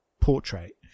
portrait